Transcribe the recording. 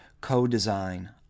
co-design